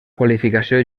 qualificació